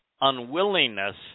unwillingness